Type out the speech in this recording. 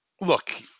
look